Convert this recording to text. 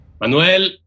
Manuel